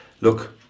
look